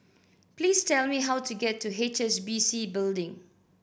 please tell me how to get to H S B C Building